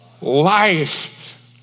Life